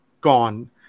gone